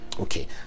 Okay